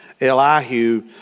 Elihu